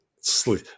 Sleep